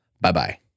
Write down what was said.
Bye-bye